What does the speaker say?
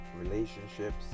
relationships